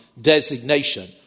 designation